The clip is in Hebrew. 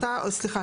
סליחה,